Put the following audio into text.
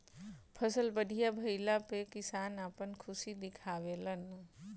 फसल बढ़िया भइला पअ किसान आपन खुशी दिखावे लन